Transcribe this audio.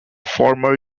former